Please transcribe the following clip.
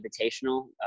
Invitational